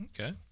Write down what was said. Okay